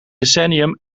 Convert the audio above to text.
decennium